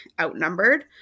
outnumbered